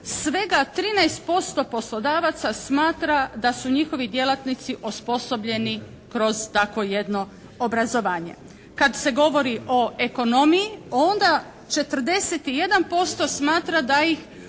svega 13% poslodavaca smatra da su njihovi djelatnici osposobljeni kroz takvo jedno obrazovanje. Kad se govori o ekonomiji onda 41% smatra da ih